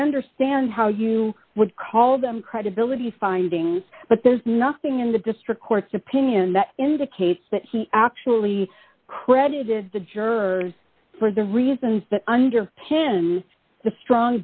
understand how you would call them credibility findings but there's nothing in the district court's opinion that indicates that he actually credited the jerk for the reasons that underpin the strong